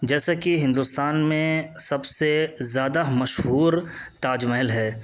جیسے کہ ہندوستان میں سب سے زیادہ مشہور تاج محل ہے